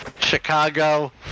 Chicago